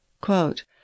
quote